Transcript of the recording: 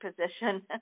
position